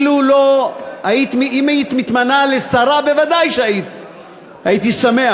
אם היית מתמנה לשרה ודאי שהייתי שמח,